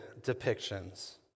depictions